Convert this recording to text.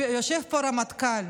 יושב פה רמטכ"ל.